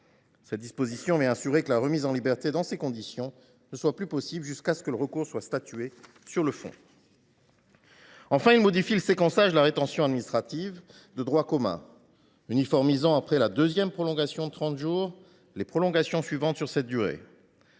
Cette disposition vient assurer que la remise en liberté dans ces conditions ne soit plus possible jusqu’à ce qu’il soit statué au fond sur le recours. Enfin, il modifie le séquençage de la rétention administrative de droit commun, uniformisant après la deuxième prolongation de 30 jours les prolongations suivantes sur cette même